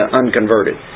unconverted